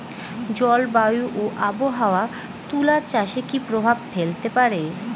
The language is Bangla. জলবায়ু ও আবহাওয়া তুলা চাষে কি প্রভাব ফেলতে পারে?